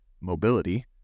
mobility